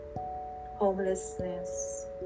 homelessness